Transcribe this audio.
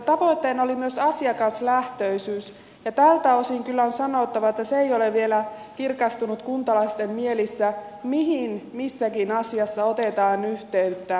tavoitteena oli myös asiakaslähtöisyys ja tältä osin kyllä on sanottava että se ei ole vielä kirkastunut kuntalaisten mielissä mihin missäkin asiassa otetaan yhteyttä